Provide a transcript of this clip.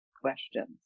questions